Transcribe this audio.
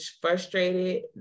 frustrated